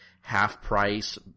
half-price